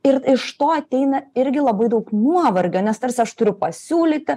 ir iš to ateina irgi labai daug nuovargio nes tarsi aš turiu pasiūlyti